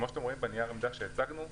כמו שתוכלו לראות בנייר העמדה שהצגנו,